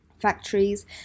factories